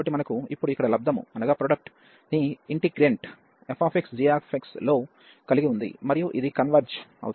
కాబట్టి మనకు ఇప్పుడు ఇక్కడ లబ్ధము ని ఇంటిగ్రాంట్ fxgx లో కలిగి ఉంది మరియు ఇది కన్వెర్జ్ అవుతుంది